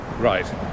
Right